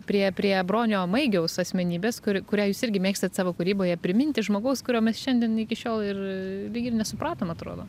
prie prie bronio maigiaus asmenybės kur kurią jūs irgi mėgstat savo kūryboje priminti žmogaus kurio mes šiandien iki šiol ir lyg ir nesupratom atrodo